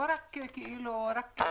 לא רק את הכמות.